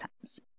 times